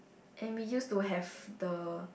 and we use to have the